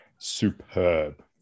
superb